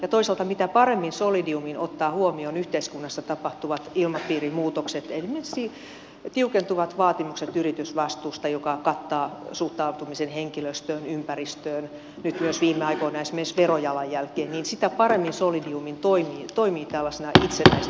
ja toisaalta mitä paremmin solidium ottaa huomioon yhteiskunnassa tapahtuvat ilmapiirimuutokset esimerkiksi tiukentuvat vaatimukset yritysvastuusta joka kattaa suhtautumisen henkilöstöön ympäristöön nyt myös viime aikoina esimerkiksi verojalanjälkeen niin sitä paremmin solidium toimii tällaisena itsenäisenä sijoitusyhtiönä